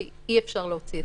כי אי-אפשר להוציא את זה.